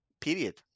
Period